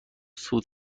سود